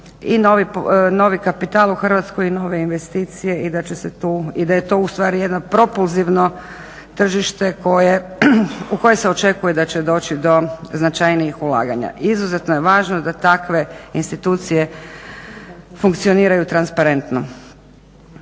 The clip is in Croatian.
i novi kapital u Hrvatskoj i nove investicije i da je to ustavi jedno propulzivno tržište koje, u kojem se očekuje da će doći do značajnijih ulaganja. Izuzetno je važno da takve institucije funkcioniraju transparentno.